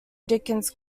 dickens